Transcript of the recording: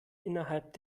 innerhalb